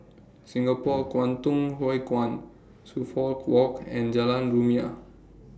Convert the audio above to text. Singapore Kwangtung Hui Kuan Suffolk Walk and Jalan Rumia